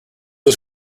was